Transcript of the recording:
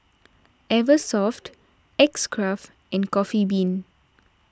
Eversoft X Craft and Coffee Bean